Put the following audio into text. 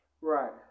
Right